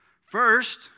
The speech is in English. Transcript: First